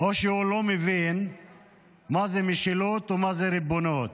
או שהוא לא מבין מה זה משילות ומה זה ריבונות.